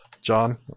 John